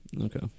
Okay